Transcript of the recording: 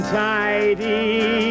tidy